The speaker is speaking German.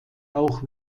auch